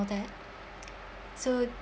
that so